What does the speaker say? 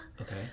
Okay